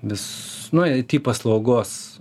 vis nu it paslaugos